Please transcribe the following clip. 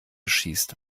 schießt